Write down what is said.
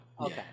Okay